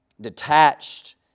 Detached